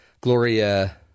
Gloria –